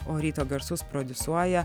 o ryto garsus prodiusuoja